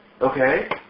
okay